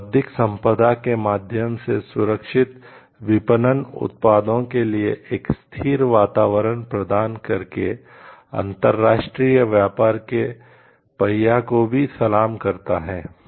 यह बौद्धिक संपदा के माध्यम से सुरक्षित विपणन उत्पादों के लिए एक स्थिर वातावरण प्रदान करके अंतर्राष्ट्रीय व्यापार के पहिया को भी सलाम करता है